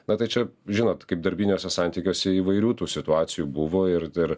na tai čia žinot kaip darbiniuose santykiuose įvairių tų situacijų buvo ir ir